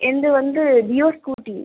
என்னுது வந்து Dio scooty